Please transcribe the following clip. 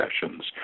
sessions